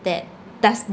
that does